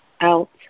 out